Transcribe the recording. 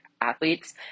athletes